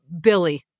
Billy